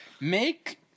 Make